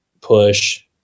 push